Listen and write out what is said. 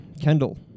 Kendall